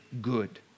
good